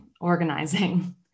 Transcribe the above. organizing